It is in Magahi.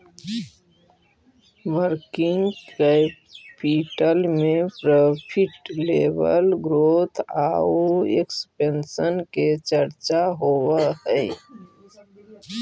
वर्किंग कैपिटल में प्रॉफिट लेवल ग्रोथ आउ एक्सपेंशन के चर्चा होवऽ हई